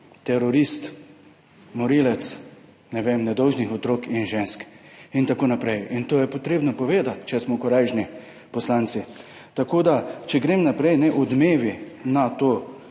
terorist, morilec, ne vem, nedolžnih otrok in žensk in tako naprej in to je potrebno povedati, če smo korajžni poslanci. Tako da če grem naprej, na odmevi na to